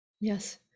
yes